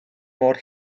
mor